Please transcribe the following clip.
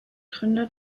gründer